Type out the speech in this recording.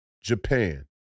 Japan